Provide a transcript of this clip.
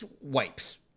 wipes